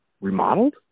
remodeled